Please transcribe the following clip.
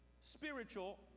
spiritual